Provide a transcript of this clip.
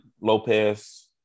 Lopez